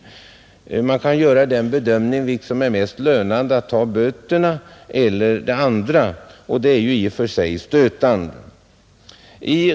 Man kan göra en bedömning av vilket som är mest lönande — att ta böterna eller det andra — och det är ju i och för sig stötande.